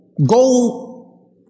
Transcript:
go